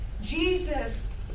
Jesus